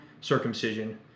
circumcision